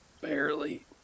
barely